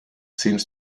seems